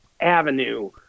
avenue